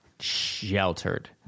Sheltered